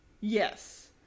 Yes